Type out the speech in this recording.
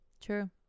True